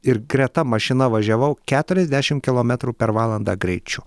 ir greta mašina važiavau keturiasdešimt kilometrų per valandą greičiu